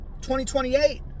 2028